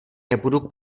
nebudu